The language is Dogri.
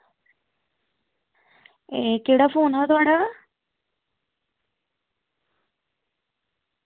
ह् केह्ड़ा फोन हा थुआढ़ा